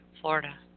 Florida